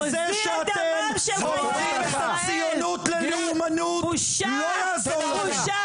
וזה שאתם הופכים את הציונות ללאומנות לא יעזור לכם,